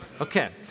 Okay